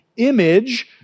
image